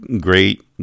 great